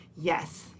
Yes